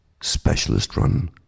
specialist-run